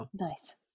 Nice